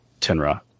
Tenra